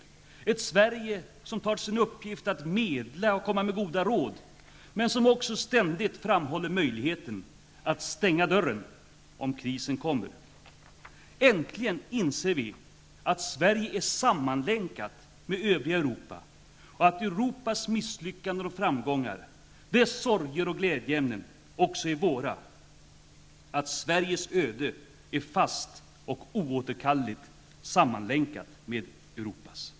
Det är ett Sverige som tar till sin uppgift att medla och komma med goda råd, men som också ständigt framhåller möjligheten att stänga dörren -- om krisen kommer. Äntligen inser vi, att Sverige är sammanlänkat med övriga Europa och att Europas misslyckanden och framgångar, dess sorger och glädjeämnen också är våra. Sveriges öde är fast och oåterkalleligt sammanlänkat med Europas.